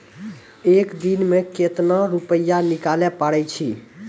एक दिन मे केतना रुपैया निकाले पारै छी?